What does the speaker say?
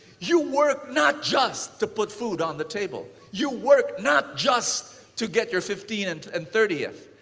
you work not just to put food on the table. you work not just to get your fifteen and and thirtieth.